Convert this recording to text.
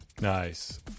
Nice